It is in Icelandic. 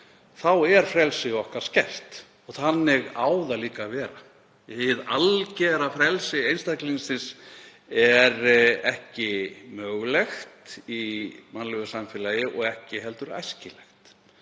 þá er frelsi okkar skert og þannig á það líka að vera. Hið algera frelsi einstaklingsins er ekki mögulegt í mannlegu samfélagi og ekki heldur æskilegt